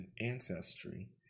ancestry